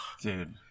Dude